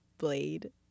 Blade